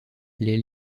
les